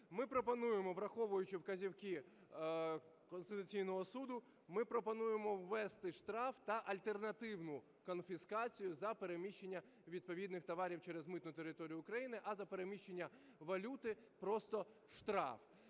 Ми пропонуємо, враховуючи вказівки Конституційного Суду, ми пропонуємо ввести штраф та альтернативну конфіскацію за переміщення відповідних товарів через митну територію України, а за переміщення валюти просто штраф.